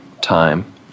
time